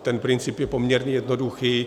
Ten princip je poměrně jednoduchý.